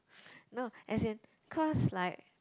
no as in cause like